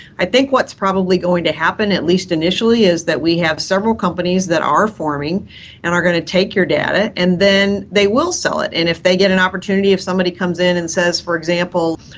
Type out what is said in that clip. i think what's probably going to happen, at least initially, is that we have several companies that are forming and are going to take your data, and then they will sell it. and if they get an opportunity, if somebody comes in and says, for example,